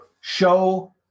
show